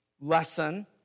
lesson